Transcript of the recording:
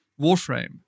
Warframe